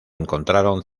encontraron